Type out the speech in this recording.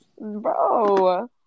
Bro